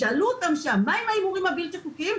שאלו אותם שם מה עם ההימורים הבלתי חוקיים,